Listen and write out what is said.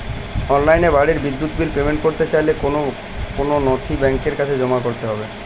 অনলাইনে বাড়ির বিদ্যুৎ বিল পেমেন্ট করতে চাইলে কোন কোন নথি ব্যাংকের কাছে জমা করতে হবে?